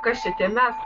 kas čia tie mes